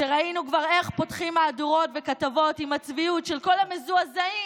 ראינו כבר איך פותחים מהדורות וכתבות עם הצביעות של כל המזועזעים,